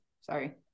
sorry